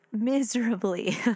Miserably